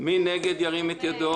מי נגד?